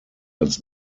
als